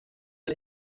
del